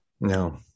No